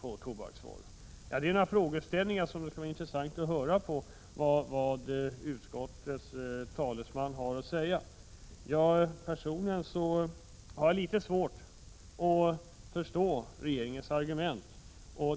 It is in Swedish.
Detta är några frågeställningar som det kunde vara intressant att höra vad utskottets talesman har att säga om. Personligen har jag litet svårt att förstå regeringens argument.